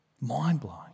Mind-blowing